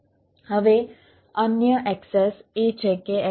હવે અન્ય એક્સેસ એ છે કે XML ડેટાને પ્રોસેસ કેવી રીતે કરવો